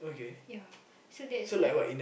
ya so that's like